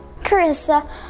Carissa